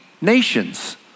nations